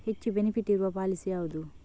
ಹೆಚ್ಚು ಬೆನಿಫಿಟ್ ಇರುವ ಪಾಲಿಸಿ ಯಾವುದು?